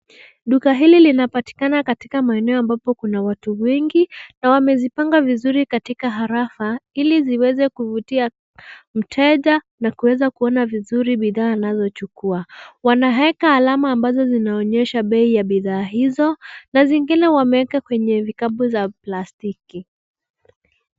Duka hili linapatikana katika maeneo ambapo kuna watu wengi na wamezipanga vizuri katika harafa ili ziweze kuvutia mteja na kuweza kuona vizuri bidhaa anazochukua. Wanaeka alama ambazo zinazoonyesha bei ya bidhaa hizo, na zingine wameeka kwenye vikapu za plastiki.